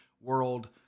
world